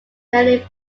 many